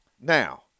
Now